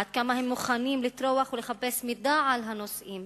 עד כמה הם מוכנים לטרוח ולחפש מידע על הנושאים